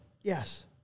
Yes